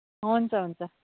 हुन्छ हुन्छ